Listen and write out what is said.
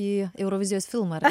į eurovizijos filmą